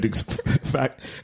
fact